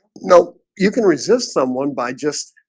no, you can resist someone by just